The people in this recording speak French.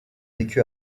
vécu